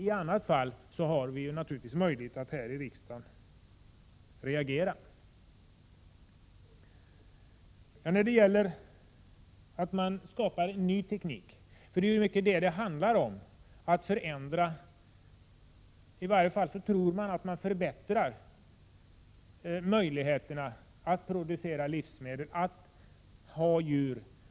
I annat fall har riksdagen naturligtvis möjlighet att reagera. Detta handlar mycket om ny teknik. Man tror sig i alla fall förbättra möjligheterna att producera livsmedel om djuren har det bra.